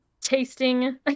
tasting